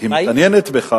היא מתעניינת בך,